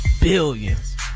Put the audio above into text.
Billions